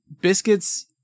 biscuits